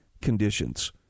conditions